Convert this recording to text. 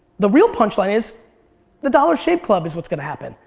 the real punchline is the dollar shave club is what's gonna happen.